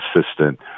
assistant